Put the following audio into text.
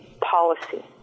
policy